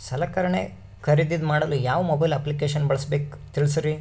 ಸಲಕರಣೆ ಖರದಿದ ಮಾಡಲು ಯಾವ ಮೊಬೈಲ್ ಅಪ್ಲಿಕೇಶನ್ ಬಳಸಬೇಕ ತಿಲ್ಸರಿ?